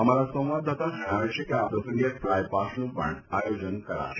અમારા સંવાદદાતા જણાવે છે કે આ પ્રસંગે ફલાયપાસ્ટનું પણ આયોજન કરાશે